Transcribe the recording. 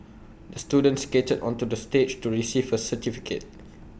the student skated onto the stage to receive certificate